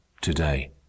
today